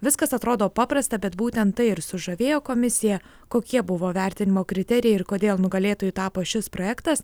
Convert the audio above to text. viskas atrodo paprasta bet būtent tai ir sužavėjo komisiją kokie buvo vertinimo kriterijai ir kodėl nugalėtoju tapo šis projektas